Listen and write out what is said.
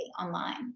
online